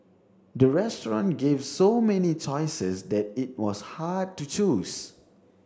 the restaurant gave so many choices that it was hard to choose